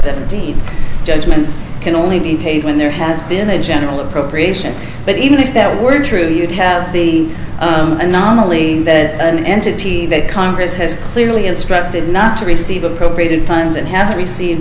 five judgments can only be paid when there has been a general appropriation but even if that were true you'd have the anomaly that an entity that congress has clearly instructed not to receive appropriated funds it has received